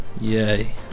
Yay